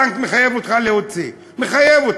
הבנק מחייב אותך להוציא, מחייב אותך.